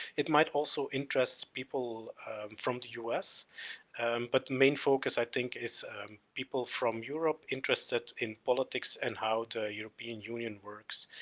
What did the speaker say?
it might also interest people from the us but main focus i think is people from europe interested in politics and how the european union works.